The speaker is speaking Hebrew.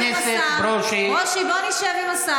חבר הכנסת ברושי, בלי להתלהם.